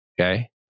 Okay